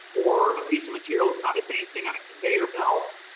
or a piece of material is not advancing on a conveyor belt,